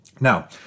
Now